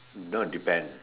no it depends